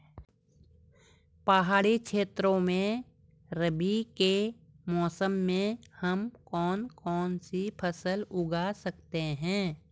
पहाड़ी क्षेत्रों में रबी के मौसम में हम कौन कौन सी फसल लगा सकते हैं?